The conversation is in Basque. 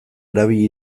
erabili